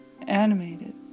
animated